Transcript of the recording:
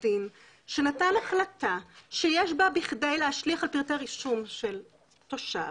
שנתן החלטה שיש בה בכדי להשליך על פרטי רישום של תושב